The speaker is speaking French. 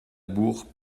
bourre